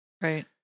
right